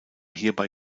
hierbei